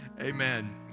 Amen